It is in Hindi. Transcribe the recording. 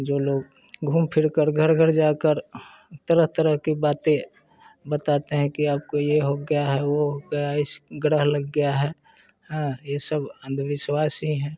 जो लोग घूम फिर कर घर घर जा कर तरह तरह की बातें बताते हैं कि आपको ये हो गया है वो हो गया है इस ग्रह लग गया है हाँ ये सब अंधविश्वास ही हैं